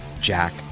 Jack